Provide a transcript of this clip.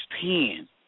pen